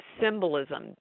symbolism